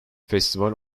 festival